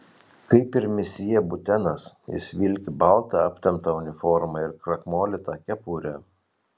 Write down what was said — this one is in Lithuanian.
kaip ir misjė butenas jis vilki baltą aptemptą uniformą ir krakmolytą kepurę